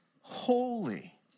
holy